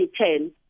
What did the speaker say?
2010